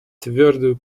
твердую